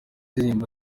indirimbo